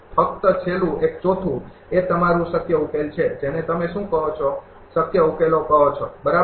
ફક્ત છેલ્લું એક ચોથું એ તમારો શક્ય ઉકેલ છે જેને તમે શું કહો છો શક્ય ઉકેલો કહો છો બરાબર